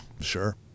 Sure